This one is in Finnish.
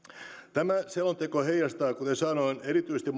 tämä selonteko heijastaa kuten sanoin erityisesti